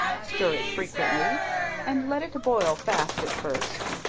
stir it frequently and let it boil fast at first,